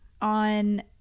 on